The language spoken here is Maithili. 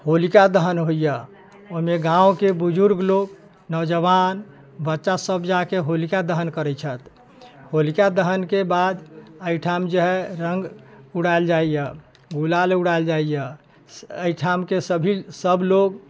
होलिका दहन होइया ओहिमे गाँवके बुजुर्ग लोक नौजवान बच्चा सभ जाकऽ होलिका दहन करै छथि होलिका दहनके बाद एहिठाम जेहै रङ्ग उड़ायल जाइया गुलाल उड़ायल जाइया एहिठामके सभी सभ लोक